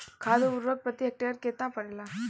खाद व उर्वरक प्रति हेक्टेयर केतना परेला?